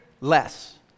Less